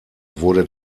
wurde